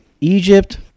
Egypt